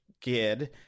kid